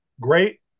great